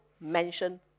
mention